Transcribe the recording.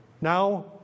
Now